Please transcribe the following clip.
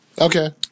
Okay